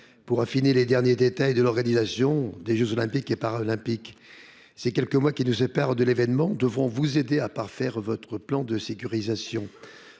pour affiner les derniers détails de l’organisation des jeux Olympiques et Paralympiques (JOP). Ces quelques mois qui nous séparent de l’événement devront vous aider à parfaire votre plan de sécurisation.